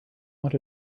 want